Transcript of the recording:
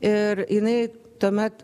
ir jinai tuomet